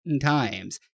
times